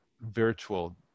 virtual